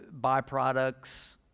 byproducts